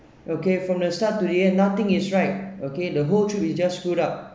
okay from the start today nothing is right okay the whole trip is just screwed up